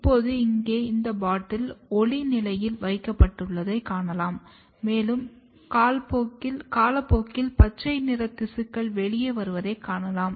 இப்போது இங்கே இந்த பாட்டில் ஒளி நிலையில் வைக்கப்பட்டுள்ளதைக் காணலாம் மேலும் காலப்போக்கில் பச்சை நிற திசுக்கள் வெளியே வருவதைக் காணலாம்